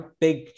big